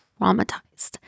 traumatized